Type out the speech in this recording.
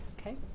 okay